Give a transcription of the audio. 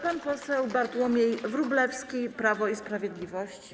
Pan poseł Bartłomiej Wróblewski, Prawo i Sprawiedliwość.